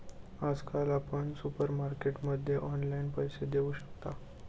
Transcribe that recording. आजकाल आपण सुपरमार्केटमध्ये ऑनलाईन पैसे देऊ शकता